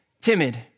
timid